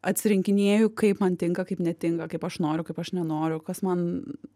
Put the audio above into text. atsirinkinėju kaip man tinka kaip netinka kaip aš noriu kaip aš nenoriu kas man